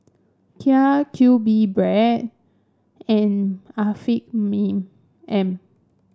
Kia Q B bread and Afiq M